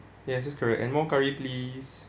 yes that's correct and more curry please